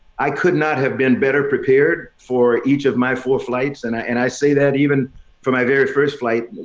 i could not have been better prepared for each of my four flights. and i and i say that even from my very first flight,